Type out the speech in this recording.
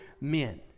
men